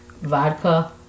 Vodka